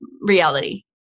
reality